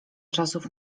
czasów